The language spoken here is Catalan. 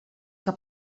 que